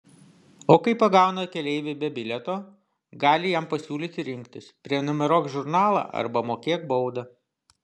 o kai pagauna keleivį be bilieto gali jam pasiūlyti rinktis prenumeruok žurnalą arba mokėk baudą